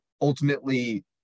Ultimately